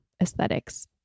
aesthetics